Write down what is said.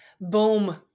Boom